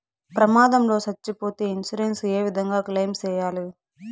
ప్రమాదం లో సచ్చిపోతే ఇన్సూరెన్సు ఏ విధంగా క్లెయిమ్ సేయాలి?